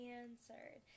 answered